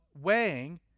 weighing